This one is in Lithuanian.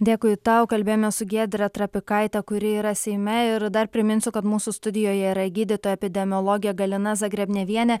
dėkui tau kalbėjome su giedre trapikaite kuri yra seime ir dar priminsiu kad mūsų studijoje yra gydytoja epidemiologė galina zagrebnevienė